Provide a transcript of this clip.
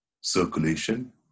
circulation